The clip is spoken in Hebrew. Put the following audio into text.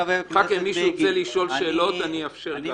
אחר כך אם מישהו ירצה לשאול שאלות, אני אאפשר.